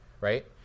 right